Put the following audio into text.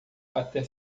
até